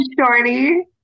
shorty